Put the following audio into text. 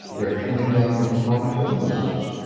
they're coming down with chronic illnesses.